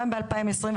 גם בשנת 2021,